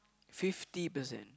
fifty percent